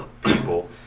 people